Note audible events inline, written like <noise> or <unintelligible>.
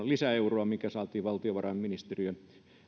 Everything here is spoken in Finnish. <unintelligible> lisäeuroa mikä saatiin valtiovarainministeriön